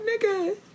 nigga